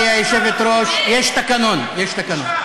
גברתי היושבת-ראש, יש תקנון, יש תקנון.